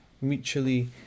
mutually